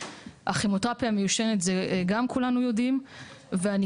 גם לגבי הכימותרפיה המיושנת גם כולנו יודעים ואני